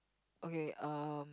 okay um